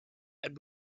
and